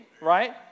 right